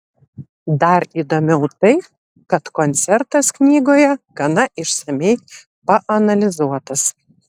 dar įdomiau tai kad koncertas knygoje gana išsamiai paanalizuotas